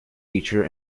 teacher